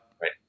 Right